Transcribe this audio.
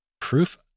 Proof